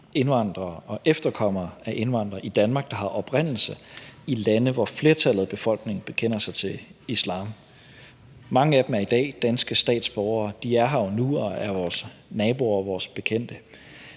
indvandrere og efterkommere af indvandrere i Danmark, der har oprindelse i lande, hvor flertallet af befolkningen bekender sig til islam. Mange af dem er i dag danske statsborgere, og de er her jo nu og er vores naboer og vores bekendte,